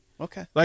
Okay